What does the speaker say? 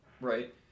right